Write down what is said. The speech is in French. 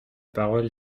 parole